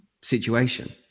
situation